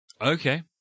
Okay